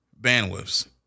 bandwidths